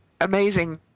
amazing